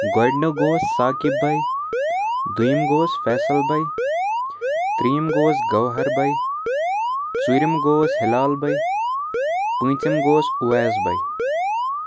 گۄڈٕنیُک گوٚو ساقِب بَے دۄیِم گوس فیصل بَے ترٛیٚیِم گوس گَوہر بَے ژوٗرِم گوس ہِلال بَے پٲنٛژِم گوس اُویس بَے